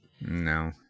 No